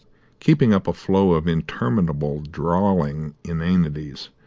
keeping up a flow of interminable, drawling inanities,